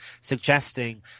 suggesting